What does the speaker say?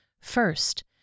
First